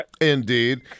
Indeed